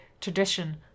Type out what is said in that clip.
tradition